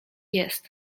jest